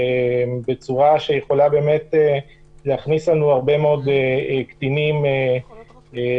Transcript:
ולא לפתוח את הנושא הזה בצורה שיכולה להכניס הרבה קטינים למלונות.